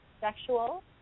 sexual